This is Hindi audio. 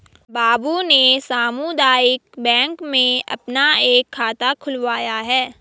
बाबू ने सामुदायिक बैंक में अपना एक खाता खुलवाया है